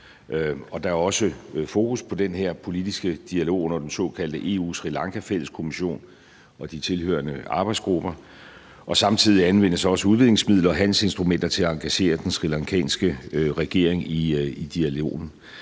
der er også fokus på den her politiske dialog under den såkaldte fælles EU-Sri Lanka-kommission og de tilhørende arbejdsgrupper. Og samtidig anvendes også udviklingsmidler og handelsinstrumenter til at engagere den srilankanske regering i dialogen.